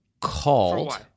called—